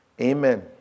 Amen